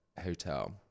hotel